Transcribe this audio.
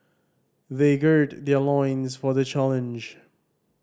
they gird their loins for the challenge